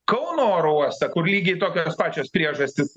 kauno oro uostą kur lygiai tokios pačios priežastys